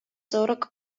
зураг